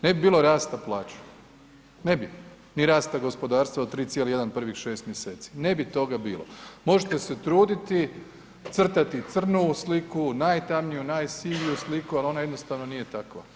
Ne bi bilo rasta plaća, ne bi, ni rasta gospodarstva od 3,1 prvih 6 mjeseci, ne bi toga bilo, možete se truditi, crtati crnovu sliku, najtamniju, najsiviju sliku ali ona jednostavno nije takva.